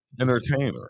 Entertainer